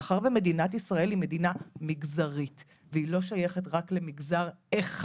מאחר ומדינת ישראל היא מדינה מגזרית והיא לא שייכת רק למגזר אחד.